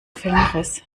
filmriss